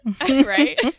Right